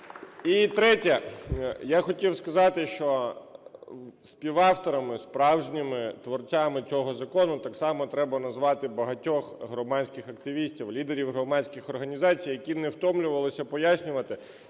І третє. Я хотів сказати, що співавторами, справжніми творцями цього закону так само треба назвати багатьох громадських активістів, лідерів громадських організацій, які не втомлювалися пояснювати,